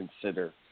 consider